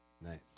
Nice